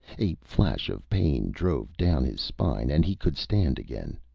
a flash of pain drove down his spine, and he could stand again.